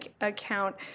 account